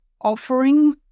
offering